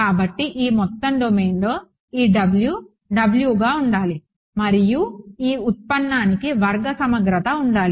కాబట్టి ఈ మొత్తం డొమైన్లో ఈ W Wగా ఉండాలి మరియు ఈ ఉత్తపన్నానికి వర్గ సమగ్రత ఉండాలి